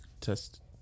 test